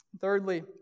Thirdly